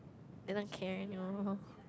they don't care anymore